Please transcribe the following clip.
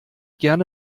gerne